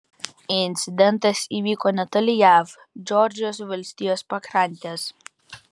incidentas įvyko netoli jav džordžijos valstijos pakrantės